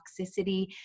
toxicity